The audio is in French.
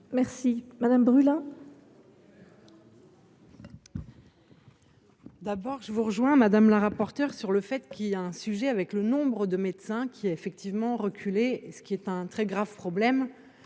Merci, madame Brulin !